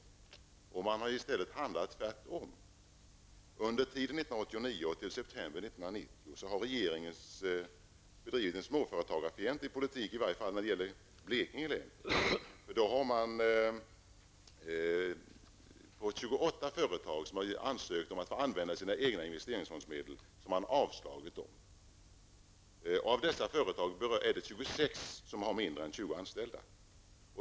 Man har i stället handlat tvärtom. Under tiden från 1989 och fram till september 1990 har regeringen bedrivit en småföretagarfientlig politik, åtminstone när det gäller Blekinge län. 28 företag har ansökt om att få använda sina egna investeringsfondsmedel. Det har man avslagit. 26 av dessa företag har mindre än 20 anställda.